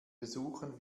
besuchen